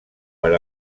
per